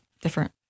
different